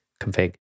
config